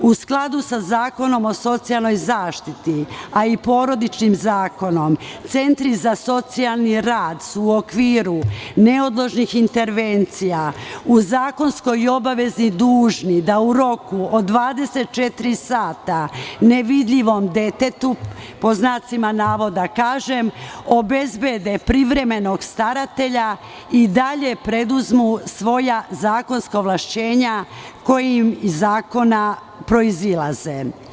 U skladu sa Zakonom o socijalnoj zaštiti, a i porodičnim zakonom, centri za socijalni rad su u okviru neodložnih intervencija u zakonskoj obavezi dužni da u roku od 24 sada nevidljivom detetu, pod znacima navoda kažem, obezbede privremenog staratelja i dalje preduzmu svoja zakonska ovlašćenja koja im iz zakona proizilaze.